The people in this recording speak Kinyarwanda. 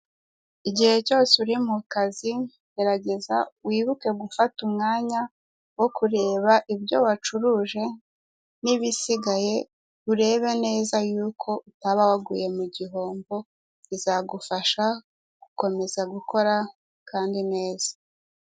Igihe cyose uri mu kazi, gerageza wibuke gufata umwanya wo kureba ibyo wacuruje n'ibisigaye, urebe neza yuko utaba waguye mu gihombo, bizagufasha gukomeza gukora, kandi neza.